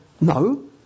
No